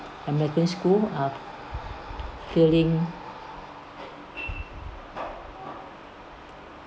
on school uh claim